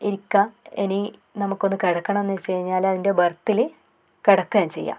ഇരിക്കാം ഇനി നമുക്കൊന്ന് കിടക്കണം എന്ന് വച്ച് കഴിഞ്ഞാൽ അതിൻ്റെ ബർത്തിൽ കിടക്കുകയും ചെയ്യാം